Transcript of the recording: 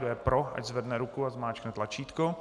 Kdo je pro, ať zvedne ruku a zmáčkne tlačítko.